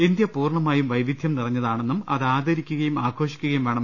India പൂർണമായും വൈവിധ്യം നിറഞ്ഞതാണെന്നും അത് ആദരിക്കുകയും ആഘോഷിക്കുകയും വേണം